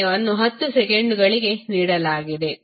ಸಮಯವನ್ನು 10 ಸೆಕೆಂಡುಗಳಾಗಿ ನೀಡಲಾಗಿದೆ